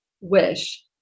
wish